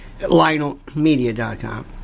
lionelmedia.com